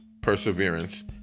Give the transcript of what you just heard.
perseverance